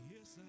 Yes